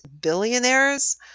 billionaires